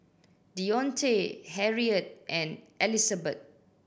Dionte Harriet and Elizabet